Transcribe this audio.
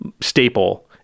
staple